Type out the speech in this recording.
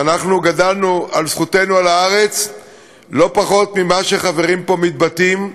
שאנחנו גדלנו על זכותנו על הארץ לא פחות ממה שחברים פה מתבטאים.